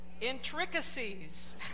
intricacies